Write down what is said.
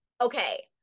Okay